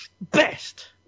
best